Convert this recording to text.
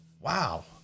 Wow